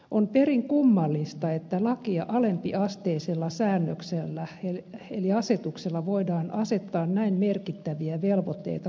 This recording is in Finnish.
on perin kummallista että lakia alempiasteisella säädöksellä eli asetuksella voidaan asettaa näin merkittäviä velvoitteita kansalaisille